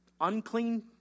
Unclean